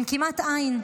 כמעט אין.